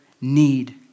need